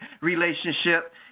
relationship